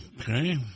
Okay